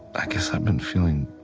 i guess i've been feeling